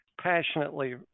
passionately